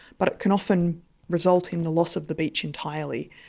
but it can often result in the loss of the beach entirely.